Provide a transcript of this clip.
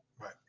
right